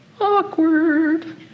Awkward